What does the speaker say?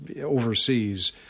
overseas